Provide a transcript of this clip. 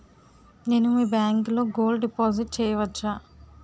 నేను మీ బ్యాంకులో గోల్డ్ డిపాజిట్ చేయవచ్చా?